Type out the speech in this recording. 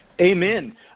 Amen